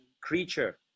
creature